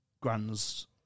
grand's